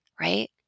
right